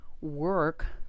work